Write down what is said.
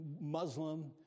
Muslim